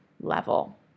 level